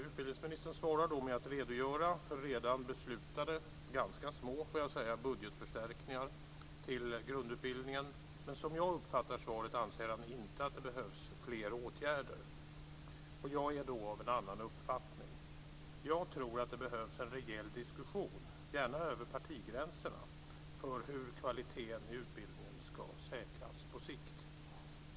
Utbildningsministern svarade med att redogöra för redan beslutade - ganska små, måste jag säga - budgetförstärkningar till grundutbildningen. Men som jag uppfattar svaret anser han inte att det behövs fler åtgärder. Jag är då av en annan uppfattning. Jag tror att det behövs en rejäl diskussion, gärna över partigränserna, om hur kvaliteten i utbildningen ska säkras på sikt.